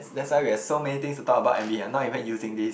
that's why we have so many things to talk about and we are not even using this